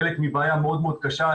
חלק מבעיה מאוד קשה,